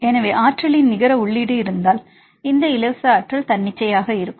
எனவே ஆற்றலின் நிகர உள்ளீடு இருந்தால் இந்த இலவச ஆற்றல் தன்னிச்சையாக இருக்கும்